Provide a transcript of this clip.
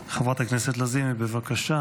חברת הכנסת לזימי, בבקשה.